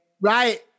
Right